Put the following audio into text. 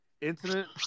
Incident